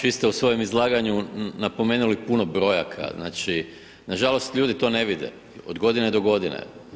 Vi ste u svojem izlaganju napomenuli puno brojaka, znači, nažalost, ljudi to ne vide, od godine do godinu.